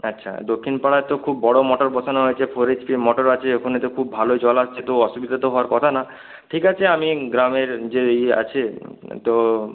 আচ্ছা দক্ষিণ পাড়ায় তো খুব বড় মোটর বসানো হয়েছে মোটর আছে ওখানে তো খুব ভালো জল আসছে তো অসুবিধা তো হওয়ার কথা না ঠিক আছে আমি গ্রামের যে ইয়ে আছে তো